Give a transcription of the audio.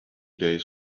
days